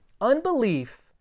Unbelief